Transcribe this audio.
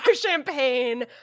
champagne